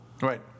Right